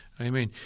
Amen